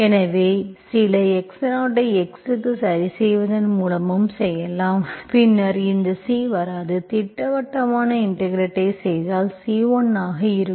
எனவே சில x0ஐ x க்கு சரிசெய்வதன் மூலமும் செய்யலாம் பின்னர் இந்த C வராது திட்டவட்டமான இன்டெகிரெட்ஐ செய்தால் C1 ஆக இருக்கும்